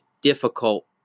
difficult